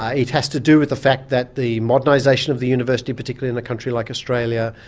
ah it has to do with the fact that the modernisation of the university, particularly in a country like australia,